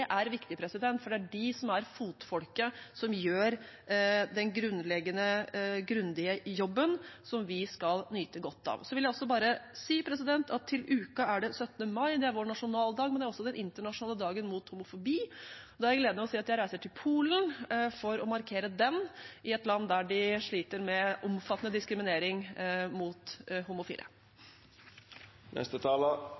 er viktig, for det er de som er fotfolket som gjør den grunnleggende, grundige jobben, som vi skal nyte godt av. Jeg vil også bare si at det er den 17. mai til uka. Det er vår nasjonaldag, og det er også den internasjonale dagen mot homofobi. Da har jeg gleden av å si at jeg reiser til Polen for å markere den i et land der de sliter med omfattende diskriminering mot